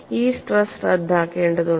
ഈ സ്ട്രസ് റദ്ദാക്കേണ്ടതുണ്ട്